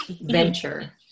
venture